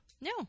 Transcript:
No